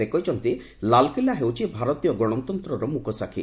ସେ କହିଛନ୍ତି ଲାଲକିଲା ହେଉଛି ଭାରତୀୟ ଗଣତନ୍ତ୍ରର ମୃକସାକ୍ଷୀ